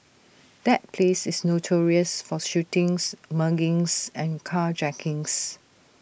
that place is notorious for shootings muggings and carjackings